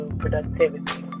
productivity